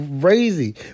crazy